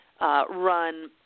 run